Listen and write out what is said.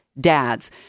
dads